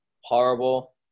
horrible